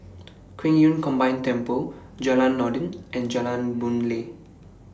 Qing Yun Combined Temple Jalan Noordin and Jalan Boon Lay